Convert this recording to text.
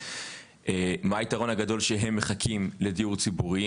מה היתרון הגדול שהם מחכים לדיור ציבורי,